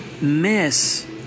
miss